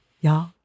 Y'all